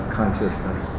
consciousness